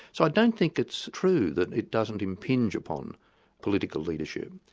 so i don't think it's true that it doesn't impinge upon political leadership.